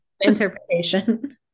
interpretation